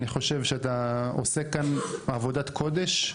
אני חושב שאתה עושה כאן עבודת קודש.